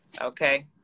okay